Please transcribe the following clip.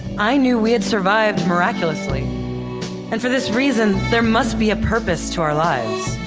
i knew we had survived miraculously and for this reason, there must be a purpose to our lives.